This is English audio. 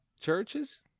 Churches